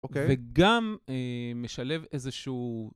אוקיי. - וגם אה.. משלב איזשהו...